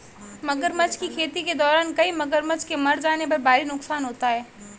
मगरमच्छ की खेती के दौरान कई मगरमच्छ के मर जाने पर भारी नुकसान होता है